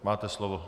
Máte slovo.